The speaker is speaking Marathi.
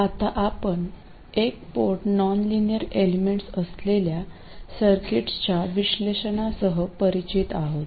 आता आपण एक पोर्ट नॉनलिनियर एलिमेंट्स असलेल्या सर्किट्सच्या विश्लेषणासह परिचित आहोत